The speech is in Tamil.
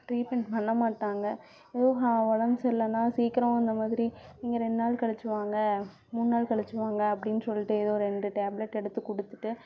ட்ரீட்மெண்ட் பண்ண மாட்டாங்க ஏதோ உடம்பு சரியில்லைன்னா சீக்கிரம் அந்த மாதிரி நீங்கள் ரெண்டு நாள் கழித்து வாங்க மூணு நாள் கழித்து வாங்க அப்டின்னு சொல்லிட்டு ஏதோ ஒரு ரெண்டு டேப்லட் எடுத்து கொடுத்துட்டு